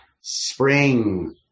Spring